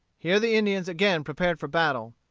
here the indians again prepared for battle.